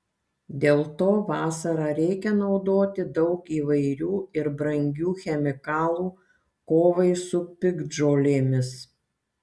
dėl to vasarą reikia naudoti daug įvairių ir brangių chemikalų kovai su piktžolėmis